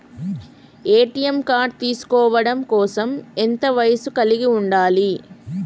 ATM card తీసుకోవడం కోసం ఎంత వయస్సు కలిగి ఉండాలి?